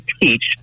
teach